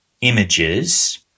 images